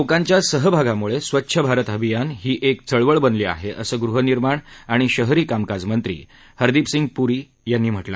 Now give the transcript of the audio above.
लोकांच्या सहभागामुळे स्वच्छ भारत अभियान ही एक चळवळ बनली आहे असं गृहनिर्माण व शहरी कामकाज मंत्री हरदीपसिंग पूरी म्हणाले